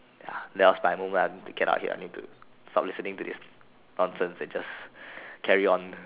that was my moment I need to get out here I need to stop listening to this nonsense and just carry on